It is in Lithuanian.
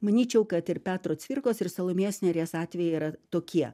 manyčiau kad ir petro cvirkos ir salomėjos nėries atvejai yra tokie